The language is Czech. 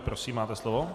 Prosím, máte slovo.